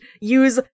use